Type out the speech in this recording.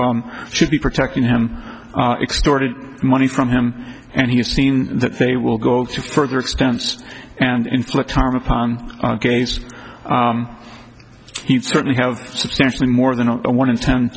should be protecting him extorted money from him and he has seen that they will go to further expense and inflict harm upon gays he'd certainly have substantially more than one in